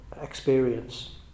experience